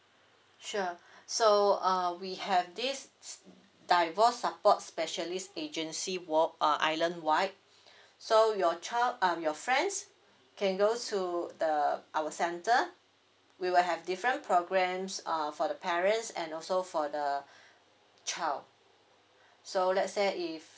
sure so uh we have this divorce support specialist agency worl~ island wide so your child um your friends can go to the our centre we will have different programs err for the parents and also for the child so let's say if